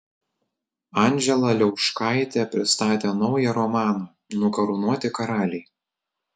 anžela liauškaitė pristatė naują romaną nukarūnuoti karaliai